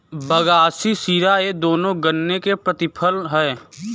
बगासी शीरा ये दोनों गन्ने के प्रतिफल हैं